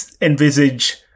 envisage